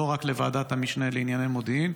לא רק לוועדת המשנה לענייני מודיעין,